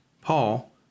Paul